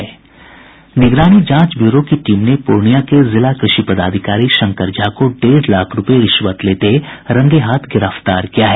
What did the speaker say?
निगरानी जांच ब्यूरो की टीम ने पूर्णिया के जिला कृषि पदाधिकारी शंकर झा को डेढ़ लाख रूपये रिश्वत लेते हुए रंगेहाथ गिरफ्तार किया है